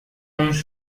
پنج